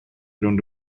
rownd